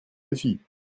défi